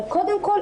אבל קודם כול,